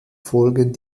folgen